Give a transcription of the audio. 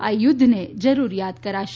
આ યુદ્ધને જરૂર યાદ કરાશે